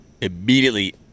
immediately